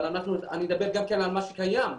אבל אני אדבר גם על מה שקיים.